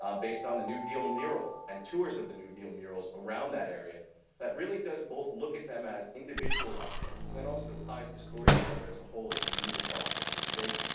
um based on the new deal mural and tours of the new deal murals around that area that really does both look at them as individual objects and then also ties the story together as a whole as you move across different spaces.